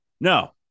No